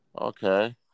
Okay